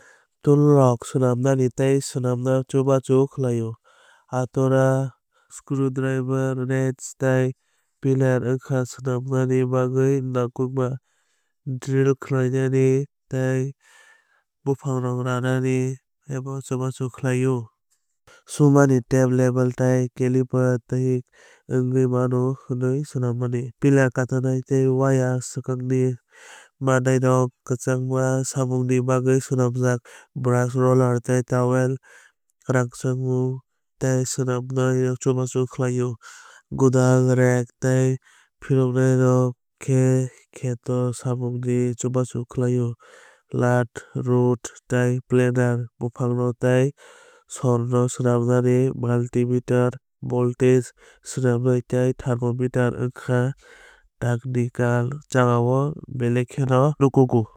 Tool rok swnamnani tei swnamnani chubachu khlaio. Atora screwdriver rench tei plier wngkha swnamna bagwi nangkukmani. Drill khwlainani tei buphang rok ranani chubachu khlaio. Sumani tape level tei caliper thik wngwi mano hwnwi saimannai. Plier katanai tei wire swkakni manwirok kwchangma samungni bagwi swnamjak. Brush roller tei trowel rangchapmung tei swnammungno chubachu khlaio. Godal rake tei prunerrok khe kheto samungni chubachu khlaio. Lath router tei planer buphang tei sorno swnamnani. Multimeter voltage swnamnai tei thermometer wngkha technical jagao belai nangkukgo.